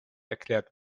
erklärt